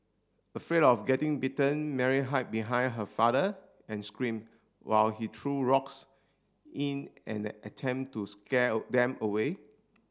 afraid of getting bitten Mary hide behind her father and screamed while he threw rocks in an attempt to scare them away